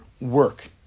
work